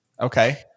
Okay